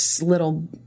little